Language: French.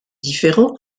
différent